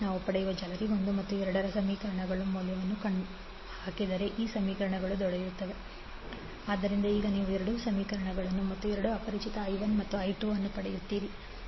ನಾವು ಪಡೆಯುವ ಜಾಲರಿ 1 ಮತ್ತು 2 ರ I3 ಸಮೀಕರಣಗಳ ಮೌಲ್ಯವನ್ನು ನೀವು ಹಾಕಿದ್ದೀರಿ 8j8I1j2I2j50 j2I14 j4I2 j10 ಆದ್ದರಿಂದ ಈಗ ನೀವು ಎರಡು ಸಮೀಕರಣಗಳನ್ನು ಮತ್ತು ಎರಡು ಅಪರಿಚಿತ I1 ಮತ್ತು I2 ಅನ್ನು ಪಡೆಯುತ್ತೀರಿ